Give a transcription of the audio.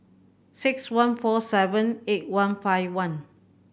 six one four seven eight one five one